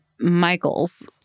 Michaels